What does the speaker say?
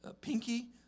pinky